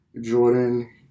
Jordan